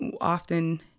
often